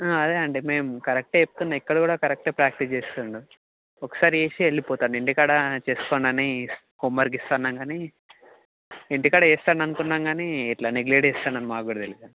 అదే అండి మేము కరెక్టే చెప్తున్నాం ఇక్కడ కూడా కరెక్టే ప్రాక్టీస్ చేస్తుండు ఒకసారి చేసి వెళ్ళిపోతాడు ఇంటికాడ చేసుకోండి అని హోమ్వర్క్ ఇస్తున్నాం కానీ ఇంటికాడ చేస్తాండు అనుకున్నాం కానీ ఇట్ల నెగ్లెట్ చేస్తాడని మాకు కూడా తెలియదు అండి